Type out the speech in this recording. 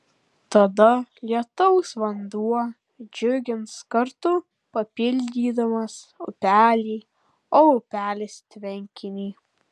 tada lietaus vanduo džiugins kartu papildydamas upelį o upelis tvenkinį